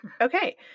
Okay